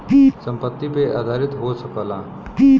संपत्ति पे आधारित हो सकला